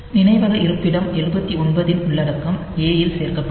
நினைவக இருப்பிடம் 79 இன் உள்ளடக்கம் A இல் சேர்க்கப்படும்